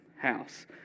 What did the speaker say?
house